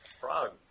frog